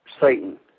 Satan